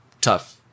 tough